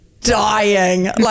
dying